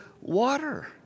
water